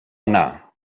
anar